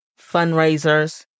fundraisers